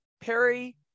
Perry